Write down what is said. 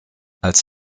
als